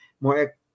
more